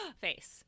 face